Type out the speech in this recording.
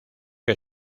que